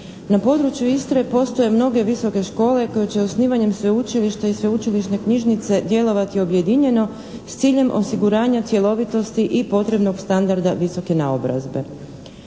Na području Istre postoje mnoge visoke škole koje će osnivanjem sveučilišta i sveučilišne knjižnice djelovati objedinjeno s ciljem osiguranja cjelovitosti i potrebnog standarda visoke naobrazbe.